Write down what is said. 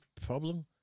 problem